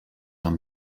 amb